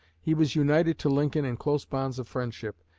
he was united to lincoln in close bonds of friendship,